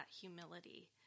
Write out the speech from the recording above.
humility